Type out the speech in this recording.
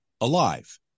alive